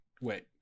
wait